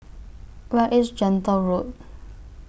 Where IS Gentle Road